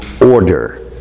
order